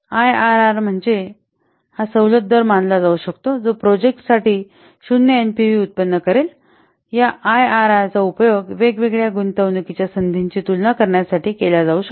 IRR म्हणजे IRR हा सवलत दर मानला जाऊ शकतो जो प्रोजेक्ट साठी 0 एनपीव्ही उत्पन्न करेल या आयआरआरचा उपयोग वेगवेगळ्या गुंतवणूकीच्या संधींची तुलना करण्यासाठी केला जाऊ शकतो